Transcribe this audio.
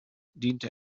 diente